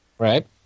Right